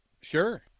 Sure